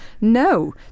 No